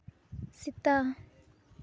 ᱥᱮᱛᱟ